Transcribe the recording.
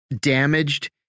damaged